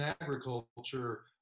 agriculture